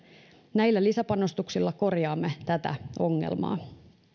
näillä lisäpanostuksilla korjaamme tätä ongelmaa